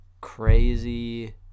crazy